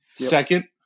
Second